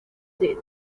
dead